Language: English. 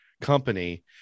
company